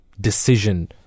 decision